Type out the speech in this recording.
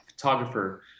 photographer